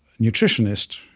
nutritionist